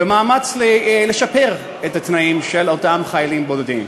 ומאמץ לשפר את התנאים של אותם חיילים בודדים.